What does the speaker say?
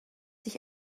sich